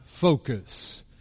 focus